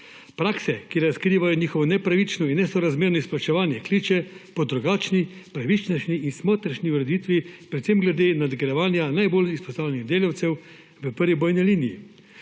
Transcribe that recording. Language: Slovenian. prakse, ki razkriva njihovo nepravično in nesorazmerno izplačevanje, ki kliče po drugačni, pravičnejši in smotrnejši ureditvi predvsem glede nagrajevanja najbolj izpostavljenih delavcev v prvi bojni liniji.